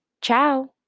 Ciao